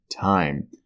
time